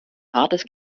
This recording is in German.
rates